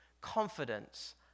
confidence